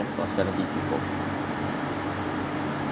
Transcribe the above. for seventy people